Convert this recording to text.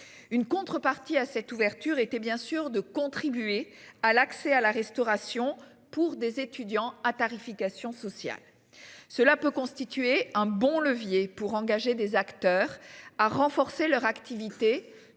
une contrepartie à cette ouverture était bien sûr de contribuer à l'accès à la restauration pour des étudiants à tarification sociale. Cela peut constituer un bon levier pour engager des acteurs à renforcer leur activité